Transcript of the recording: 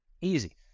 Easy